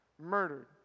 murdered